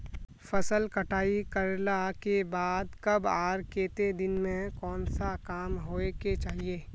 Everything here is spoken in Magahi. फसल कटाई करला के बाद कब आर केते दिन में कोन सा काम होय के चाहिए?